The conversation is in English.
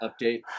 update